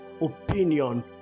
opinion